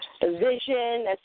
vision